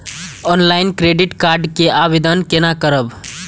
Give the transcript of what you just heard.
Online credit card के आवेदन कोना करब?